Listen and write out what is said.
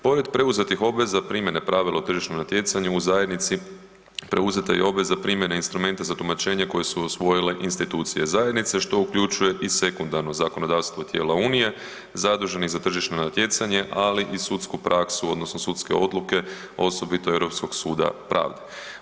Pored preuzetih obveza primjene pravila o tržišnom natjecanju u zajednici preuzeta je obveza primjene instrumenta za tumačenje koje su usvojile institucije zajednice što uključuje i sekundarno zakonodavstvo tijela Unije zaduženih za tržišno natjecanje, ali i sudsku praksu odnosno sudske odluke osobito Europskog suda pravde.